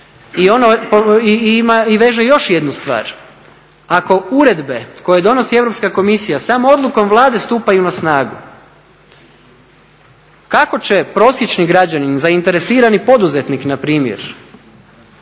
veže još jednu stvar. Ako uredbe koje donosi Europska komisija samo odlukom Vlade stupaju na snagu. Kako će prosječni građanin zainteresirani poduzetnik npr.